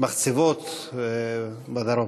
במחצבות בדרום.